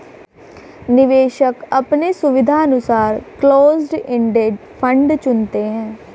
निवेशक अपने सुविधानुसार क्लोस्ड इंडेड फंड चुनते है